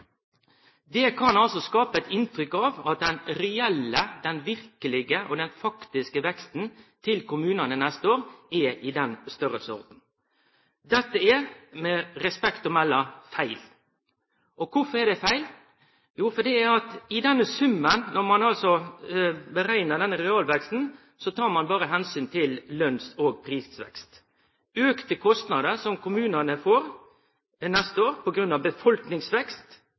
Det kan skape eit inntrykk av at den reelle, verkelege og faktiske veksten til kommunane neste år er i den storleiken. Dette er med respekt å melde feil. Korfor er det feil? Jo, fordi ein i den summen, når ein altså bereknar denne realveksten, berre tek omsyn til lønns- og prisvekst. Auka kostnader som kommunane får neste år på grunn av befolkningsvekst,